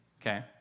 okay